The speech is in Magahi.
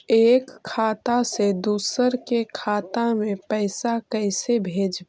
एक खाता से दुसर के खाता में पैसा कैसे भेजबइ?